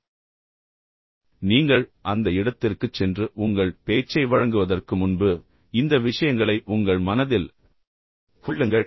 இப்போது நீங்கள் உண்மையில் அந்த இடத்திற்குச் சென்று உங்கள் பேச்சை வழங்குவதற்கு முன்பு இந்த விஷயங்களை உங்கள் மனதில் கொள்ளுங்கள்